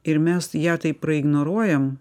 ir mes ją tai praignoruojam